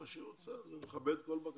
רוצה להסביר משהו לגבי התוכניות.